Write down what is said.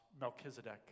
Melchizedek